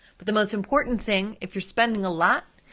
but the most important thing, if you're spending a lot,